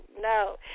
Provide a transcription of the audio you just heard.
no